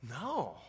no